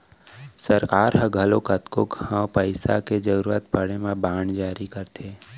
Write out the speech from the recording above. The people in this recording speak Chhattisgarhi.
सरकार ह घलौ कतको घांव पइसा के जरूरत परे म बांड जारी करथे